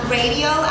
radio